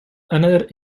another